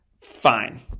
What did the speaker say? Fine